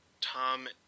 Tom